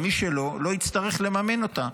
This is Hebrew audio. ומי שלא לא יצטרך לממן אותה.